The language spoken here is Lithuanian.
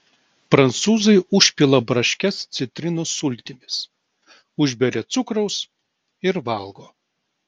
prancūzai užpila braškes citrinų sultimis užberia cukraus ir valgo